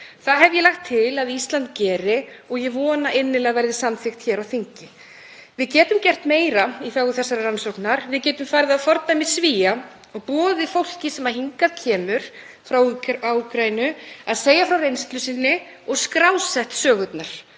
Það hef ég lagt til að Ísland geri og ég vona innilega að það verði samþykkt hér á þingi. Við getum gert meira í þágu þessarar rannsóknar. Við getum farið að fordæmi Svía og boðið fólki sem hingað kemur frá Úkraínu að segja frá reynslu sinni og skrásett sögurnar.